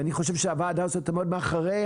אני חושב שהוועדה הזאת תעמוד מאחורי